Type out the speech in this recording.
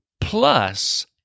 plus